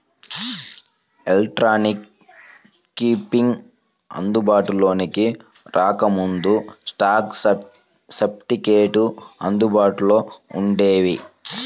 electronic keeping అందుబాటులోకి రాకముందు, stock సర్టిఫికెట్లు అందుబాటులో వుండేవి